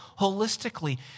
holistically